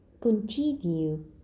continue